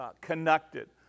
connected